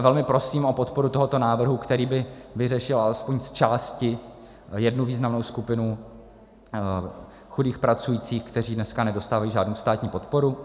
Velmi prosím o podporu tohoto návrhu, který by vyřešil aspoň zčásti jednu významnou skupinu chudých pracujících, kteří dnes nedostávají žádnou státní podporu.